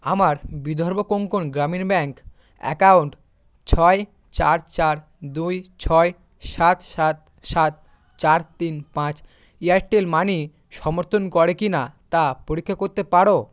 আমার Vidarbha Konkan Gramin bank account ছয় চার চার দুই ছয় সাত সাত সাত চার তিন পাঁচ এয়ারটেল মানি সমর্থন করে কি না তা পরীক্ষা করতে পারো